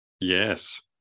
Yes